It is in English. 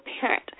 parent